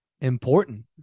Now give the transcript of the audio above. important